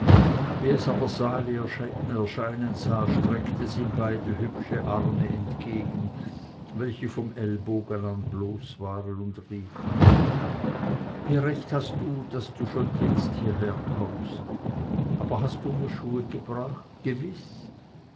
wie es aber sali erscheinen sah streckte es ihm beide hübsche arme entgegen welche vom ellbogen an bloß waren und rief wie recht hast du daß du schon jetzt und hierher kommst aber hast du mir schuhe gebracht gewiß